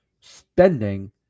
spending